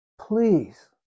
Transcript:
Please